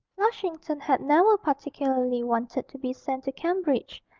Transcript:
flushington had never particularly wanted to be sent to cambridge,